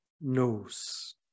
knows